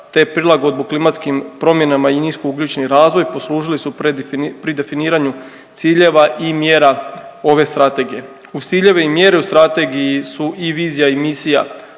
te prilagodbu klimatskim promjenama i nisko ugljični razvoj poslužili su pri definiranju ciljeva i mjera ove strategije. Uz ciljeve i mjere u strategiji su i vizija i misija